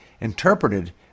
interpreted